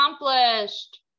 accomplished